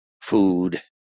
food